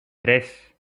tres